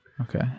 okay